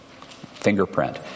fingerprint